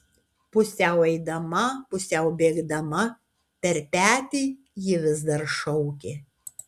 pusiau eidama pusiau bėgdama per petį ji vis dar šaukė